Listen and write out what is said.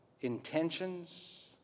intentions